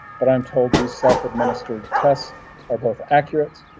but i'm told these self administered tests are both accurate,